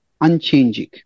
unchanging